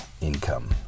Income